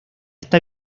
está